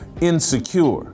insecure